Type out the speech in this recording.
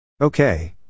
Okay